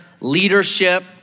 leadership